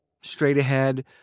straight-ahead